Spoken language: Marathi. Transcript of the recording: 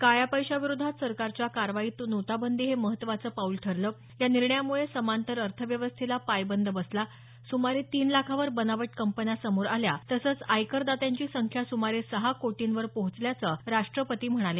काळ्या पैशाविरोधात सरकारच्या कारवाईत नोटाबंदी हे महत्त्वाचं पाऊल ठरलं या निर्णयामुळे समांतर अर्थव्यवस्थेला पायबंद बसला सुमारे तीन लाखावर बनावट कंपन्या समोर आल्या तसंच आयकर दात्यांची संख्या सुमारे सहा कोटींवर पोहोचल्याचं राष्ट्रपती म्हणाले